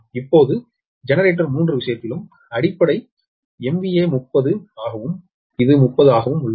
இப்போது ஜெனரேட்டர் 3 விஷயத்தில் அடிப்படை MVA 30 ஆகவும் இது 30 ஆகவும் உள்ளது